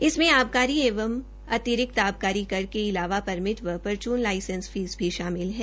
इसमें आबकारी व अतिरिक्त आबकारी कर के अलावा परमि व परचून लाइसेंस फीस भी शामिल है